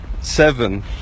Seven